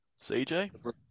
CJ